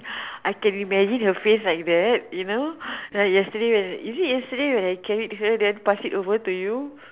I can imagine her face like that you know like yesterday is it yesterday when I carry her then pass it over to you